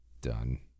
done